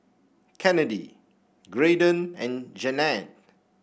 Kennedy Graydon and Jannette